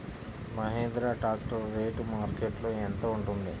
Mahindra tractor rate మార్కెట్లో యెంత ఉంటుంది?